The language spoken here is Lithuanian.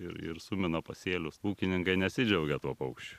ir ir sumina pasėlius ūkininkai nesidžiaugia tuo paukščiu